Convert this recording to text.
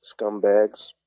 scumbags